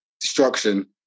destruction